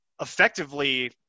effectively –